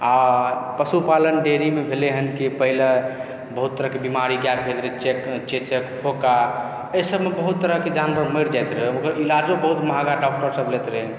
आ पशुपालन डेयरीमे भेलय हन कि पहिले बहुत तरहके बीमारी गायके होइत रहय चेचक फोका एहिसभमे बहुत तरहकेँ जानवर मरि जाइत रहय ओकर इलाजो बहुत महग डॉक्टरसभ लैत रहय